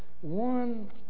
one